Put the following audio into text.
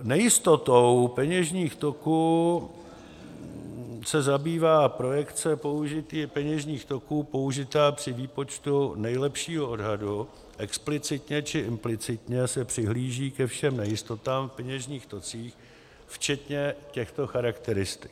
Nejistotou peněžních toků se zabývá projekce peněžních toků použitá při výpočtu nejlepšího odhadu, explicitně či implicitně přihlíží ke všem nejistotám v peněžních tocích, včetně všech těchto charakteristik: